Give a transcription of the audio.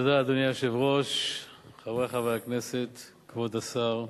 אדוני היושב-ראש, חברי חברי הכנסת, כבוד השר,